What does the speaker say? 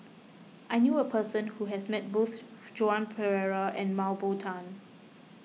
I knew a person who has met both Joan Pereira and Mah Bow Tan